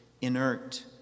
inert